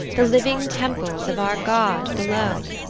the living temples of our god below!